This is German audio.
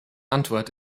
antwort